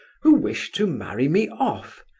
who wish to marry me off.